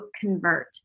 convert